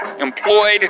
Employed